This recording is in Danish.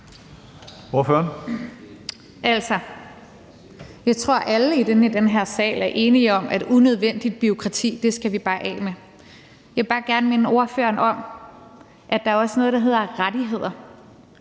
jeg tror, at alle i den her sal er enige om, at vi bare skal af med unødvendigt bureaukrati. Jeg vil bare gerne minde ordføreren om, at der også er noget, der hedder rettigheder,